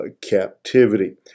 captivity